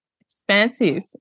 expansive